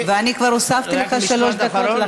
ואני כבר הוספתי לך שלוש דקות,